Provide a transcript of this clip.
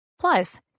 plus